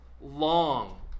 long